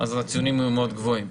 אז הציונים היו מאוד גבוהים.